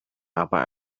aber